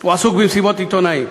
הוא עסוק במסיבות עיתונאים.